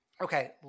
Okay